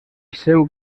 seu